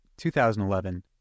2011